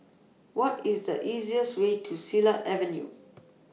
What IS The easiest Way to Silat Avenue